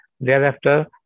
Thereafter